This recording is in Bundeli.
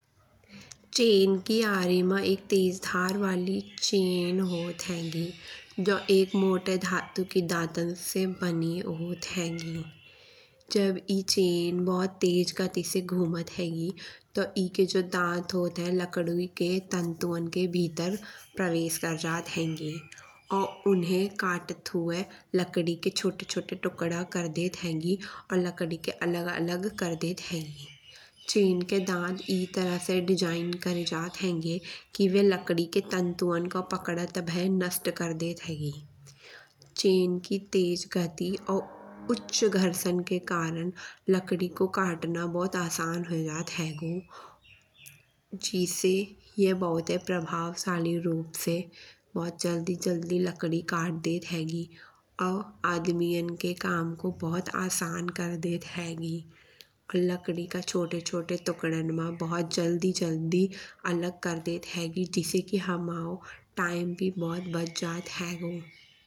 एक तेज धार वाली चैन होत हैगी। जो एक मोटी धातु के दांतन से बनी होत हैगी। जब ई चैन बहुत गति से घुमत हैगी तो एके जो दांत होत है लकड़ी के तंतुअन के भीतर प्रवेश कर जात हेगी। और उन्हे काटत हुए लकड़ी के छोटे छोटे टुकड़ा कर देत हेगी। और लकड़ी के अलग अलग कर देत हेगी। चैन के दांत ई तरिका से डिज़ाइन करे जात हेगी। कि वे लकड़ी के तंतुअन को पकड़त भाय नष्ट कर देत हेगी। चैन की तेज गति और उच्च घर्षण के कारण लकड़ी को काटना बहुत आसान होय जात हैगो। जिसे ये बहुत ही प्रभावशाली रूप से बहुत जल्दी जल्दी लकड़ी काट देत हेगी। और आदमियन के काम को बहुत आसान कर देत हेगी। और लकड़ी का छोटे छोटे टुकड़न मा बहुत जल्दी जल्दी अलग कर देत हेगी। जिसे की हमाओ टाइम भी बहुत बच जात हैगो।